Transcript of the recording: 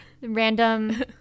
Random